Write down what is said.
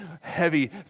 heavy